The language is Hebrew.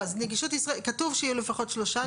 כתוב שיהיו לפחות שלושה,